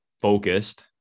focused